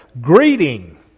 greeting